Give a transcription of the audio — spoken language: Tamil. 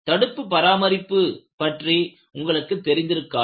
தடுப்பு பராமரிப்பு பற்றி உங்களுக்குத் தெரிந்திருக்காது